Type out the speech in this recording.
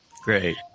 Great